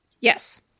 Yes